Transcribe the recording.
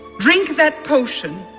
drink that potion,